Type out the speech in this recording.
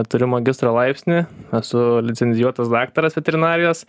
turiu magistro laipsnį esu licencijuotas daktaras veterinarijos